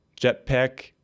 jetpack